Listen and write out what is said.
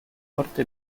porte